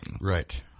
right